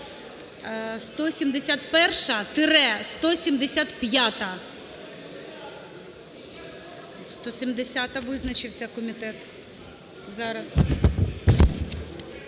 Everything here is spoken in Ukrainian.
171-175-а. 170-а, визначився комітет.